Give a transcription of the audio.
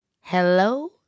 hello